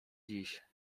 dziś